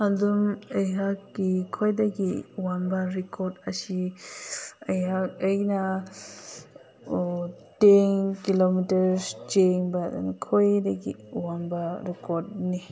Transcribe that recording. ꯑꯗꯨꯝ ꯑꯩꯍꯥꯛꯀꯤ ꯈ꯭ꯋꯥꯏꯗꯒꯤ ꯋꯥꯡꯕ ꯔꯦꯀꯣꯔꯠ ꯑꯁꯤ ꯑꯩꯍꯥꯛ ꯑꯩꯅ ꯇꯦꯟ ꯀꯤꯂꯣꯃꯤꯇꯔꯁ ꯆꯦꯟꯕꯅ ꯈ꯭ꯋꯥꯏꯗꯒꯤ ꯋꯥꯡꯕ ꯔꯦꯀꯣꯔꯠꯅꯤ